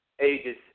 ages